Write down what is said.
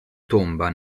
tomba